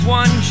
one